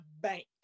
bank